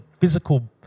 physical